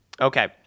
Okay